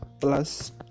Plus